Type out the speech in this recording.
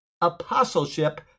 apostleship